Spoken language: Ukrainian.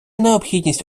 необхідність